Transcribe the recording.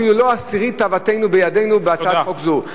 אפילו לא עשירית תאוותנו בידנו בהצעת חוק זו.